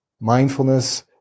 mindfulness